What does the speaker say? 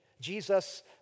Jesus